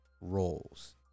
roles